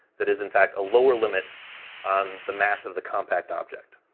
that is in fact a lower limit on the mass of the compact object.